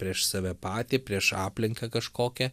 prieš save patį prieš aplinką kažkokią